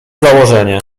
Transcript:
założenie